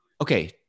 okay